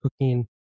cooking